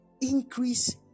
Increase